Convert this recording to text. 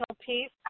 piece